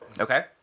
Okay